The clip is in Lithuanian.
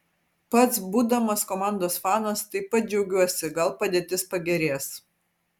pats būdamas komandos fanas taip pat džiaugiuosi gal padėtis pagerės